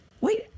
wait